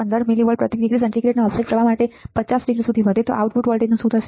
15 millivolt પ્રતિ degree સેન્ટીગ્રેડના offset પ્રવાહ માટે 50 ડિગ્રી સુધી વધે તો આઉટપુટ વોલ્ટેજનું શું થશે